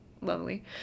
lovely